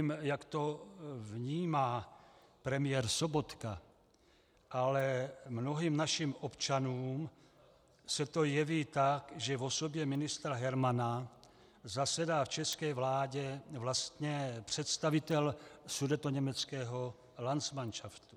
Nevím, jak to vnímá premiér Sobotka, ale mnohým našim občanům se to jeví tak, že v osobě ministra Hermana zasedá v české vládě vlastně představitel sudetoněmeckého landsmanšaftu.